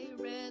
red